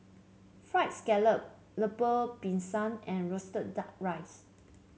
fried scallop Lemper Pisang and roasted duck rice